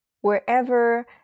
wherever